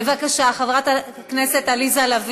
אני פורס לך שטיח אדום.